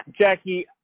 Jackie